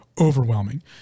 overwhelming